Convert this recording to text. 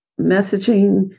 messaging